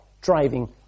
driving